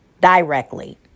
directly